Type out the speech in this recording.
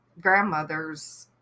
grandmothers